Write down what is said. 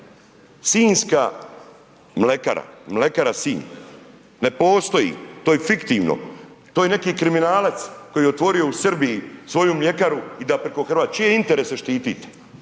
Sinjska mlekara, mlekara Sinj ne postoji, to je fiktivno to je neki kriminalac koji je otvorio u Srbiji svoju mljekaru i da preko Hrvatske, čije interese štitite?